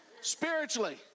spiritually